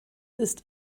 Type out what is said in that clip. ist